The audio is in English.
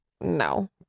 No